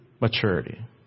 maturity